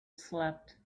slept